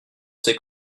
ces